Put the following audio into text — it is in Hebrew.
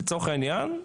לצורך העניין,